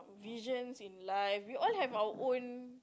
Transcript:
regions in life we all have our own